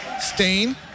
Stain